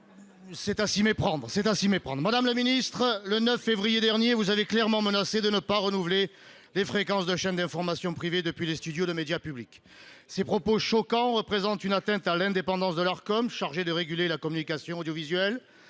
c'est à s'y méprendre ! Madame le ministre, le 9 février dernier, vous avez clairement menacé de ne pas renouveler les fréquences de chaînes d'information privées depuis les studios d'un média public. Ces propos choquants représentent une atteinte à l'indépendance de l'Autorité de régulation de la communication audiovisuelle